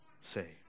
say